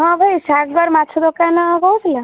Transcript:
ହଁ ଭାଇ ସାଗର ମାଛ ଦୋକାନ କହୁଥିଲ